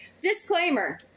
disclaimer